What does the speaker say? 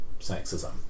sexism